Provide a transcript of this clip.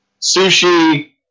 sushi